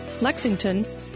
Lexington